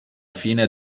fine